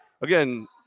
again